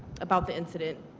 about the incident.